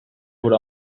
would